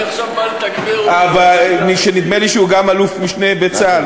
אבל נדמה לי שהוא גם אלוף-משנה בצה"ל,